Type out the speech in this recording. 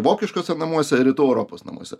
vokiškuose namuose ir rytų europos namuose